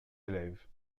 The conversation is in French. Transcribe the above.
élèves